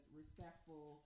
respectful